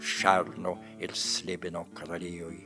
šerno ir slibino karalijoj